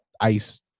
ice